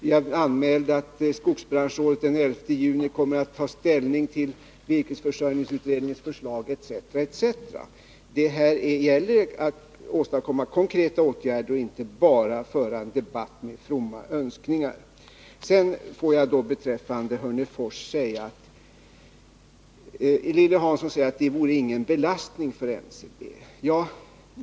Jag anmälde att skogsbranschrådet den 11 juni kommer att ta ställning till virkesförsörjningsutredningens förslag, etc. etc. Det gäller att åstadkomma konkreta åtgärder och inte bara föra en debatt med fromma önskningar. Låt mig sedan säga något om Hörnefors. Lilly Hansson säger att det vore ingen belastning för NCB.